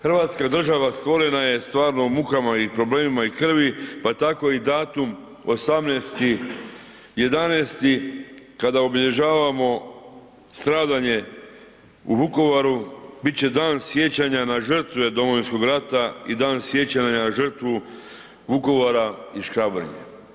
Hrvatska država stvorena je stvarnim mukama i problemima i krvi pa tako i datum 18.11. kada obilježavamo stradanje u Vukovaru, bit će Dan sjećanja na žrtve Domovinskog rata i Dan sjećanja na žrtvu Vukovara i Škabrnje.